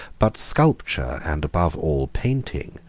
but sculpture, and above all, painting,